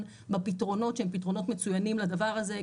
בפתרונות שהם פתרונות מצויינים לדבר הזה,